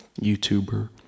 YouTuber